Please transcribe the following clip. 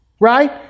right